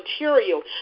material